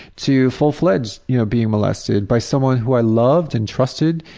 to full-fledged, you know, being molested by someone who i loved and trusted